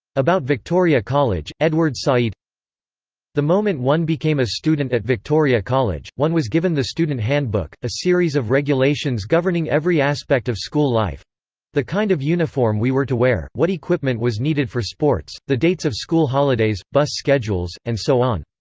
about victoria college, edward said the moment one became a student at victoria college, one was given the student handbook, a series of regulations governing every aspect of school life the kind of uniform we were to wear, what equipment was needed for sports, the dates of school holidays, bus schedules, and so on.